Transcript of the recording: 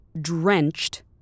drenched